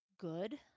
good